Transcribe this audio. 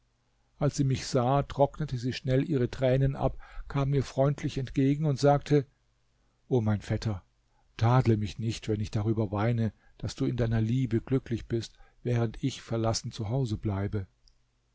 als sie mich sah trocknete sie schnell ihre tränen ab kam mir freundlich entgegen und sagte o mein vetter tadle mich nicht wenn ich darüber weine daß du in deiner liebe glücklich bist während ich verlassen zu hause bleibe